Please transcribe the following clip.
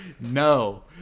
No